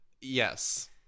yes